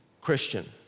Christian